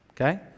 okay